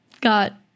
Got